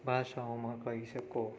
ભાષાઓમાં કહી શકો